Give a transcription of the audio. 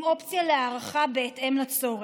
עם אופציה להארכה בהתאם לצורך.